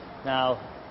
Now